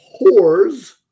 Whores